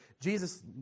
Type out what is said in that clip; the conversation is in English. Jesus